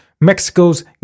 Mexico's